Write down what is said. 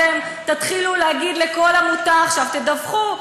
אתם תתחילו להגיד לכל עמותה עכשיו: תדווחו,